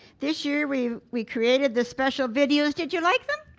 this year we we created the special videos, did you like them?